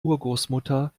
urgroßmutter